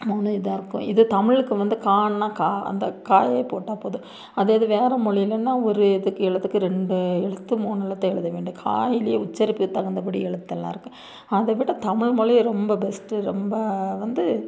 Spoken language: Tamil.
மூணு இதாயிருக்கும் இது தமிழுக்கு வந்து கான்னா கா அந்த காவே போட்டால் போதும் அதே இது வேறு மொழிலன்னா ஒரு இதுக்கும் எழுத்துக்கு ரெண்டு எழுத்து மூணு எழுத்து எழுத வேண்டும் காவிலயே உச்சரிப்புக்கு தகுந்த படி எழுத்தெல்லாம் இருக்குது அதை விட தமிழ் மொழி ரொம்ப பெஸ்ட்டு ரொம்ப வந்து